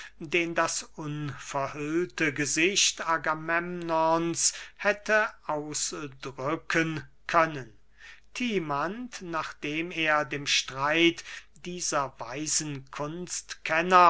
den das unverhüllte gesicht agamemnons hätte ausdrücken können timanth nachdem er dem streit dieser weisen